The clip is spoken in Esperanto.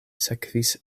sekvis